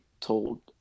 told